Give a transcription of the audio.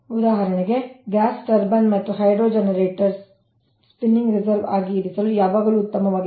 ಉದಾಹರಣೆಗೆ gas turbine ಮತ್ತು hydro ಜನರೇಟರ್ಗಳನ್ನು ಸ್ಪಿನ್ನಿಂಗ್ ರಿಸರ್ವ್ ಆಗಿ ಇರಿಸಲು ಯಾವಾಗಲೂ ಉತ್ತಮವಾಗಿದೆ